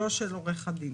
לא של עורך הדין.